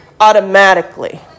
automatically